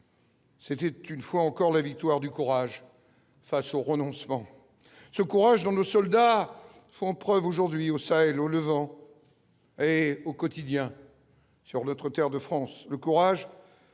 C'est une fois encore, la victoire du courage face au renoncement ce courage dans nos soldats font preuve aujourd'hui au Sahel au le et au quotidien sur le trottoir de France,